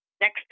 next